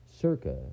Circa